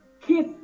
kiss